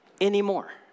anymore